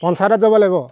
পঞ্চায়তত যাব লাগিব